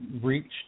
reached